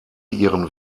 ihren